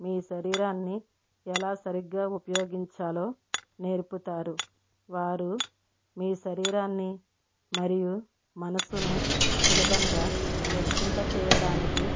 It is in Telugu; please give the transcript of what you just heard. మీ శరీరాన్ని ఎలా సరిగ్గా ఉపయోగించాలో నేర్పుతారు వారు మీ శరీరాన్ని మరియు మనస్సును సులభంగా వెచ్చింపచేయడానికి